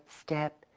step